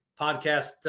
podcast